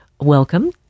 welcome